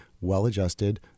well-adjusted